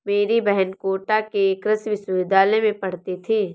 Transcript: मेरी बहन कोटा के कृषि विश्वविद्यालय में पढ़ती थी